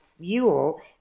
fuel